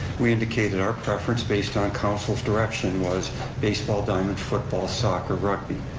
we indicated our preference based on council's direction was baseball diamond, football, soccer, rugby.